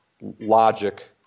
logic